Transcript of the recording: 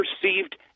perceived